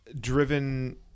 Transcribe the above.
driven